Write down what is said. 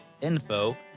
info